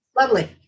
Lovely